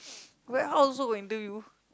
warehouse also got interview